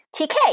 TK